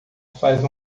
faz